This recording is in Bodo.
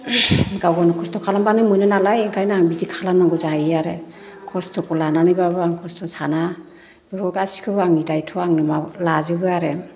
गाव गावनो खस्थ' खालामबानो मोनो नालाय ओंखायनो आं बिदि खालामनांगौ जाहैयो आरो खस्थ'खौ लानानैबाबो आं खस्थ' साना बेफोर गासिबखौबो आंनि दायथ' आं माव लाजोबो आरो